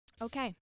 Okay